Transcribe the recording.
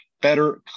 better